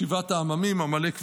שבעת העממים, עמלק וכו'.